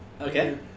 Okay